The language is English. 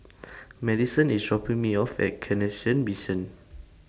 Maddison IS dropping Me off At Canossian Mission